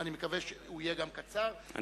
ואני מקווה שהוא יהיה גם קצר,